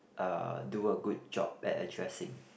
uh do a good job at addressing